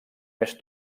més